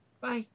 bye